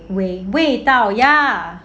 味味道 ya